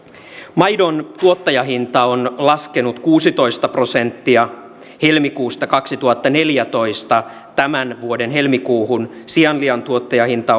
maidon tuottajahinta on laskenut kuusitoista prosenttia helmikuusta kaksituhattaneljätoista tämän vuoden helmikuuhun sianlihan tuottajahinta